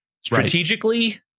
Strategically